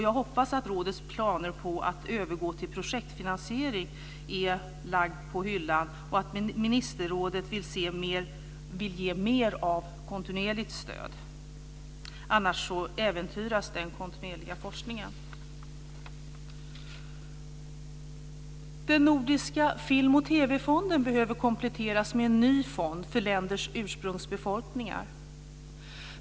Jag hoppas att rådets planer på att övergå till projektfinansiering är lagda på hyllan och att ministerrådet vill ge mer kontinuerligt stöd, annars äventyras den kontinuerliga forskningen. Nordiska Film och TV-fonden behöver kompletteras med en ny fond för länders ursprungsbefolkningar.